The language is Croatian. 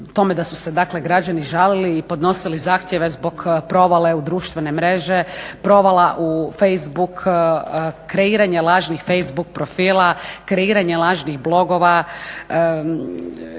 dakle građani žalili i podnosili zahtjeve zbog provale u društvene mreže, provala u Facebook, kreiranje lažnih Facebook profila, kreiranje lažnih blogova,